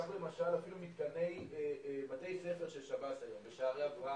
גם מתקני בתי-ספר של שב"ס ב"שערי אברהם"